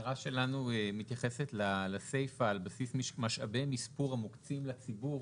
ההערה שלנו מתייחסת לסייפה על בסיס משאבי מספור המוקצים לציבור